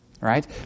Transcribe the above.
Right